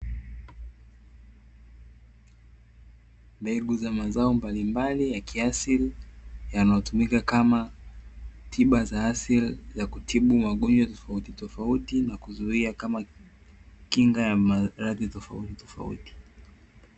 Mbegu za mazao mbalimbali ya kiasili yanayotumika kama tiba za asili za kutibu magonjwa tofautitofauti, na kuzuia kama kinga ya maradhi tofautitofauti.